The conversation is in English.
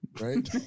Right